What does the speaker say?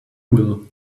will